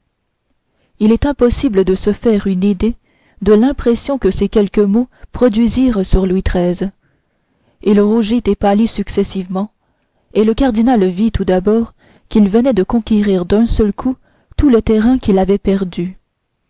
il est impossible de se faire une idée de l'impression que ces quelques mots produisirent sur louis xiii il rougit et pâlit successivement et le cardinal vit tout d'abord qu'il venait de conquérir d'un seul coup tout le terrain qu'il avait perdu